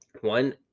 one